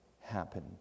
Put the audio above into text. happen